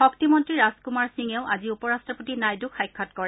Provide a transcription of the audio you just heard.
শক্তি মন্ত্ৰী ৰাজকুমাৰ সিঙেও আজি উপ ৰাট্টপতি নাইডুক সাক্ষাৎ কৰে